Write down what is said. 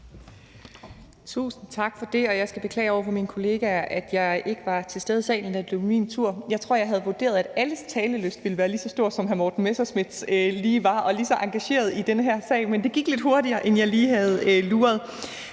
Tusind tak for det. Jeg skal beklage over for mine kollegaer, at jeg ikke var til stede i salen, da det blev min tur. Jeg tror, jeg havde vurderet, at alles talelyst ville være lige så stor, som hr. Morten Messerschmidts lige var, og at alle ville være lige så engagerede i den her sag. Men det gik lidt hurtigere, end jeg lige havde luret.